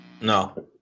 No